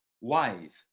wave